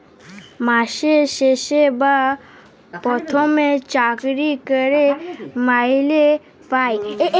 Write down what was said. মাসের শেষে বা পথমে চাকরি ক্যইরে মাইলে পায়